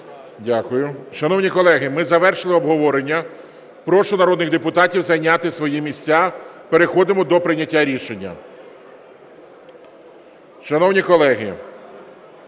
Дякую. Шановні колеги, ми завершили обговорення. Прошу народних депутатів зайняти свої місця. Переходимо до прийняття рішення. Шановні колеги,